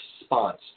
response